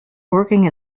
working